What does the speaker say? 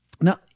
Now